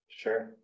Sure